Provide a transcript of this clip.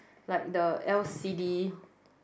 like the L_C_D